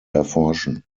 erforschen